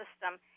system